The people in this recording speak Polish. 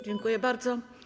Dziękuję bardzo.